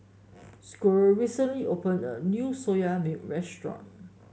Squire recently opened a new Soya Milk restaurant